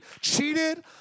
cheated